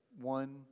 one